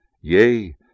Yea